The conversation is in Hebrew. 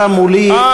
נמצא מולי.